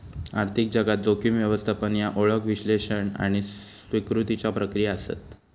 आर्थिक जगात, जोखीम व्यवस्थापन ह्या ओळख, विश्लेषण आणि स्वीकृतीच्या प्रक्रिया आसत